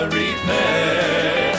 repair